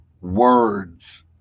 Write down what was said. words